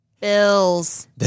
Bills